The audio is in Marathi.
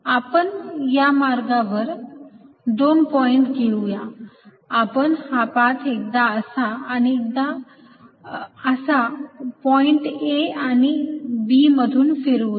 आपण या मार्गावर दोन पॉईंट घेऊया आपण हा पाथ एकदा असा आणि एकदा असा या पॉईंट A आणि B मधून फिरवूया